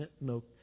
no